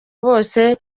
bose